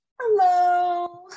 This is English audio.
Hello